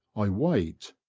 i wait,